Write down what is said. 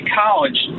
college